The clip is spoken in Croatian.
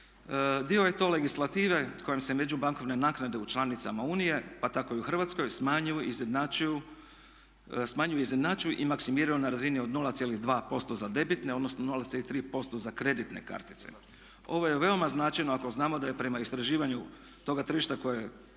Dio je to legislative kojom se međubankovne naknade u članicama Unije pa tako i u Hrvatskoj smanjuju, izjednačuju i maksimiziraju na razini od 0,2% za debitne, odnosno 0,3% za kreditne kartice. Ovo je veoma značajno ako znamo da je prema istraživanju toga tržišta koje je